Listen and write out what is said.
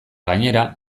gainera